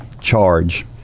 Charge